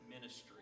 ministry